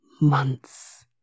months